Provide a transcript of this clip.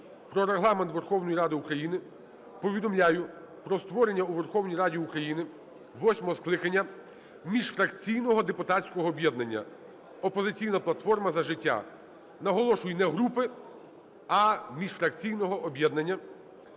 "Про Регламент Верховної Ради України" повідомляю про створення у Верховній Раді України восьмого скликання міжфракційного депутатського об'єднання "Опозиційна платформа – За життя". Наголошую, не групи, а міжфракційного об'єднання.